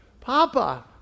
Papa